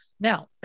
Now